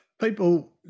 people